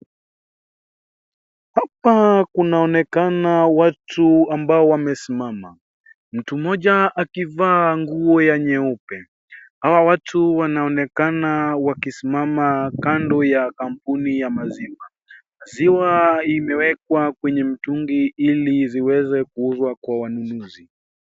Hapa kunaonekana watu ambao wamesimama. Mtu mmoja akivaa nguo ya nyeupe. Hawa watu wanaonekana wakisimama kando ya kampuni ya maziwa .Maziwa imewekwa kwenye mtungi iliziweze kuuzwa kwa wanunuzi.